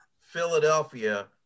Philadelphia